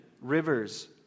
rivers